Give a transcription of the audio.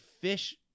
fish